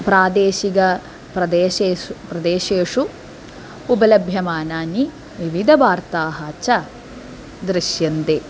प्रादेशिकप्रदेशेषु प्रदेशेषु उपलभ्यमानानि विविधवार्ताः च दृश्यन्ते